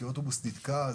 לפעמים אוטובוס נתקע,